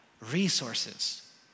resources